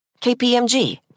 KPMG